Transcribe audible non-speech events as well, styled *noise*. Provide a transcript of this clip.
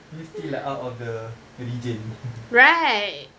we still like out of the region *laughs*